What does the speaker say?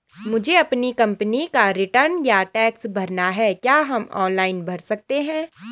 मुझे अपनी कंपनी का रिटर्न या टैक्स भरना है क्या हम ऑनलाइन भर सकते हैं?